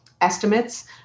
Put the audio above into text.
estimates